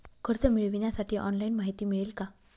कर्ज मिळविण्यासाठी ऑनलाइन माहिती मिळेल का?